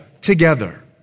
together